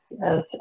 Yes